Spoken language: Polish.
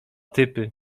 typy